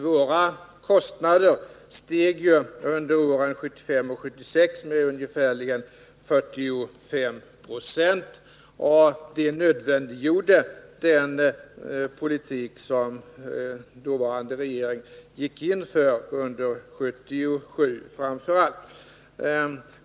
Våra kostnader steg ju under åren 1975 och 1976 med ungefärligen 45 96, och det nödvändiggjorde den politik som den dåvarande regeringen gick in för framför allt under 1977.